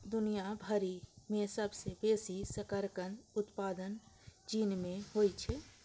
दुनिया भरि मे सबसं बेसी शकरकंदक उत्पादन चीन मे होइ छै